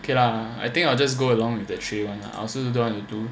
okay lah I think I'll just go along with the tray [one] I also don't want to do